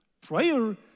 Prayer